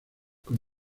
con